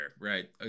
right